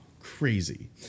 crazy